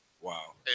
Wow